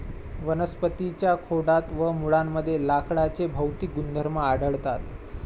वनस्पतीं च्या खोडात व मुळांमध्ये लाकडाचे भौतिक गुणधर्म आढळतात